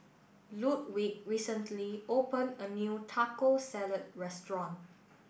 Ludwig recently opened a new Taco Salad Restaurant